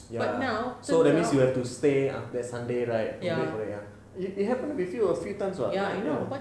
ya so that means you have to stay until sunday right to make correct ah it happened with you a few a few times [what] ya ya